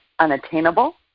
Unattainable